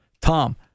Tom